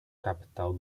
capital